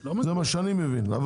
זה מה שאני מבין.